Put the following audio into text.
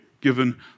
given